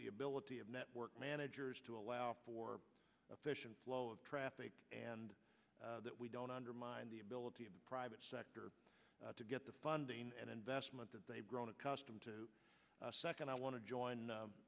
the ability of network managers to allow for efficient flow of traffic and that we don't undermine the ability of private sector to get the funding and investment that they've grown accustomed to a second i want to join